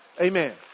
Amen